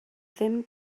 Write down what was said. ddim